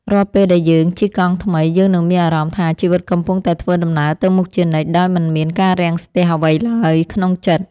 រាល់ពេលដែលយើងជិះកង់ថ្មីយើងនឹងមានអារម្មណ៍ថាជីវិតកំពុងតែធ្វើដំណើរទៅមុខជានិច្ចដោយមិនមានការរាំងស្ទះអ្វីឡើយក្នុងចិត្ត។